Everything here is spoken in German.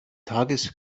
tages